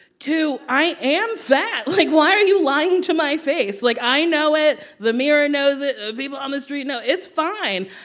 two, i am fat. like, why are you lying to my face? like, i know it. the mirror knows it. people on the street know. it's fine.